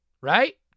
right